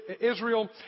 Israel